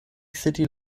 city